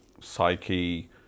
Psyche